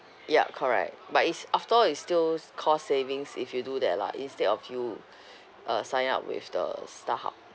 yup correct but it's after all is stills cost savings if you do that lah instead of you uh sign up with the starhub